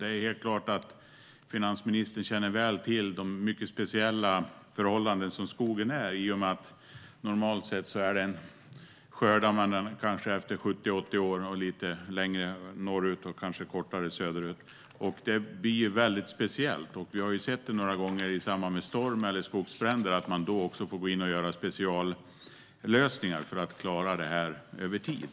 Det är klart att finansministern väl känner till de mycket speciella förhållanden som råder för skogen. Normalt sett skördar man den efter 70-80 år - kanske lite längre tid norrut och kortare söderut. Det blir ju väldigt speciellt. Vi har också sett några gånger i samband med stormar eller skogsbränder att man får gå in och göra speciallösningar för att klara det här över tid.